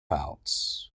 outs